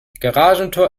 garagentor